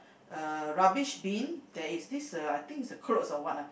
uh rubbish bin there is this uh I think is a clothes or what ah